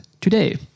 today